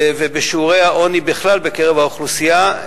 ובשיעורי העוני בכלל בקרב האוכלוסייה,